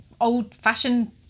old-fashioned